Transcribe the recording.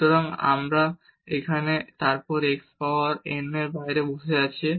সুতরাং আমরা এখানে এই ফাংশনটিকে x এর উপর y এর একটি ফাংশন হিসাবে বিবেচনা করতে পারি এবং তারপর x পাওয়ার n বাইরে বসে আছে